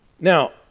Now